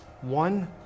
one